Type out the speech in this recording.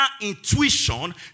intuition